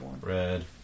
Red